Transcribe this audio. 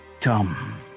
Come